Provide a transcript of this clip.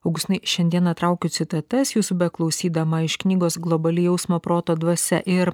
augustinai šiandieną traukiu citatas jūsų beklausydama iš knygos globali jausmo proto dvasia ir